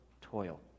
toil